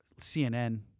CNN